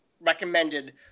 recommended